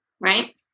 right